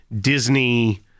Disney